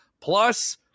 Plus